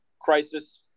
crisis